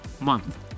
month